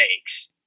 takes